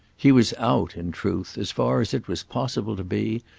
he was out, in truth, as far as it was possible to be,